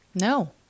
No